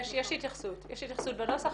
יש התייחסות בנוסח.